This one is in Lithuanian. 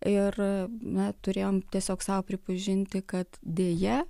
ir na turėjom tiesiog sau pripažinti kad deja